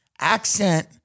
accent